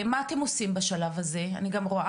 אני רוצה לתת זכות דיבור ולשאול שאלה לשרית פרץ,